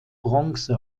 bronze